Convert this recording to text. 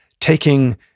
taking